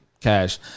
cash